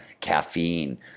caffeine